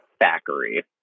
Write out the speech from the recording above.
Thackeray